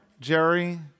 Jerry